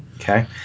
Okay